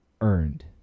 earned